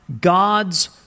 God's